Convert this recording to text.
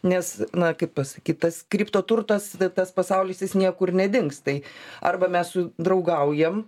nes na kaip pasakyt tas kriptoturtas tas pasaulis jis niekur nedings tai arba mes draugaujam